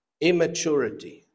immaturity